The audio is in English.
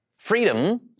Freedom